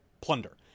plunder